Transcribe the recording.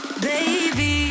baby